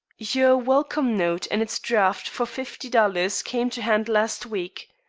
your welcome note and its draft for fifty dollars came to hand last week.